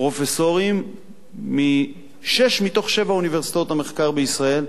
פרופסורים משש מתוך שבע אוניברסיטאות המחקר בישראל,